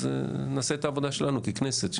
אז נעשה את העבודה שלנו ככנסת,